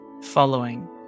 following